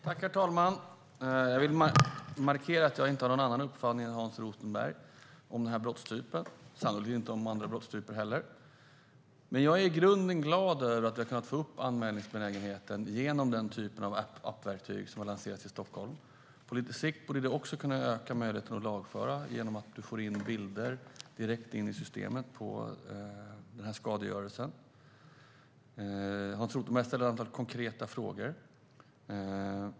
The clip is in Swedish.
Herr talman! Jag vill markera att jag inte har någon annan uppfattning än Hans Rothenberg om den här brottstypen, sannolikt inte heller om andra brottstyper. Jag är i grunden glad över att man har kunnat öka anmälningsbenägenheten genom den typen av appverktyg som har lanserats i Stockholm. På lite sikt borde det också kunna öka möjligheten till lagföring genom att man kan få in bilder på skadegörelsen direkt in i systemet. Hans Rothenberg ställer ett antal konkreta frågor.